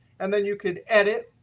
and then you can edit,